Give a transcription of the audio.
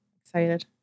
Excited